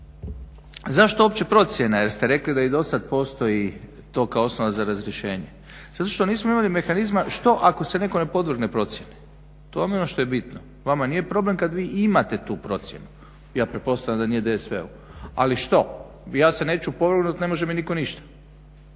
Zašto uopće procjene jer ste rekli da i dosad postoji to kao osnova za razrješenje. Zato što nismo imali mehanizma što ako se netko ne podvrgne procjeni. To vam je ono što je bitno. Vama nije problem kad vi imate tu procjenu, ja pretpostavljam da nije DSV-u ali što, ja se neću podvrgnut, ne može mi nitko ništa